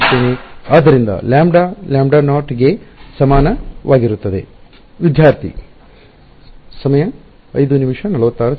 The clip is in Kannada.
ಆದ್ದರಿಂದ ಲ್ಯಾಂಬ್ಡಾ ಲ್ಯಾಂಬ್ಡಾ ನಾಟ್ ಗೆ ಸಮನಾಗಿರುತ್ತದೆ